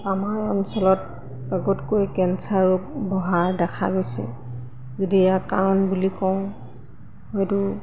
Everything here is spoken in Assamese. আমাৰ অঞ্চলত আগতকৈ কেঞ্চাৰ ৰোগ বহা দেখা গৈছে যদি ইয়াক কাৰণ বুলি কওঁ হয়তো